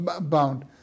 bound